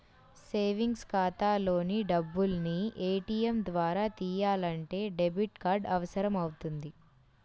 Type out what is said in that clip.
savings ఖాతాలోని డబ్బుల్ని ATM ద్వారా తియ్యాలంటే డెబిట్ కార్డు అవసరమవుతుంది